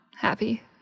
happy